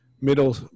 middle